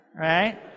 right